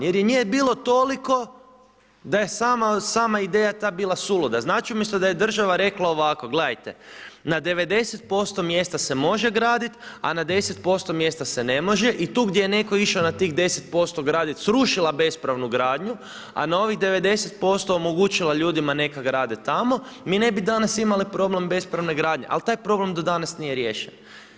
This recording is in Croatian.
Jer nje njoj bilo toliko da je sama ideja ta bila suluda, znači umjesto da je država rekla ovako, gledajte, na 90% mjesta se može graditi, a na 10% mjesta se ne može i tu gdje je netko išao na tih 10% gradit, srušila bespravnu gradnju a na ovih 90% omogućila ljudima neka grade tamo, mi ne bi danas imali problem bespravne gradnje ali taj problem do danas nije riješen.